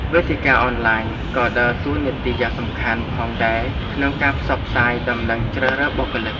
វេទិកាអនឡាញ ក៏ដើរតួនាទីយ៉ាងសំខាន់ផងដែរក្នុងការផ្សព្វផ្សាយដំណឹងជ្រើសរើសបុគ្គលិក។